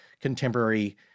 contemporary